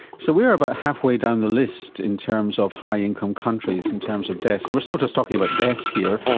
so we're about halfway down the list in terms of high income countries in terms of deaths and we're still sort of talking about deaths here,